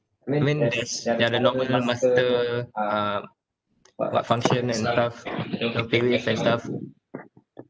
I mean there's ya they are the longer master uh what function and stuff you know paywave and stuff